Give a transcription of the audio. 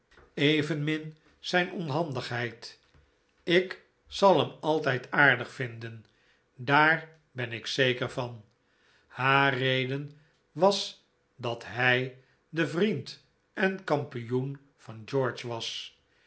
evenmin zijn onhandigheid ik zal hem altijd aardig vinden daar ben ik zeker van haar reden was dat hij de vriend en kampioen van george was